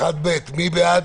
מי בעד?